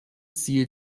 ziel